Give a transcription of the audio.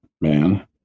man